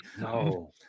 No